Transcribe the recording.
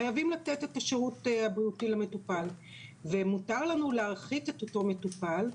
חייבים לתת את השירות הבריאותי למטופל ומותר לנו להרחיק את אותו מטופל,